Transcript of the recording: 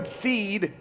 seed